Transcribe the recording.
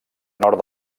nord